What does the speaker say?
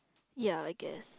ya I guess